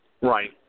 Right